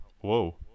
Whoa